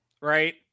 right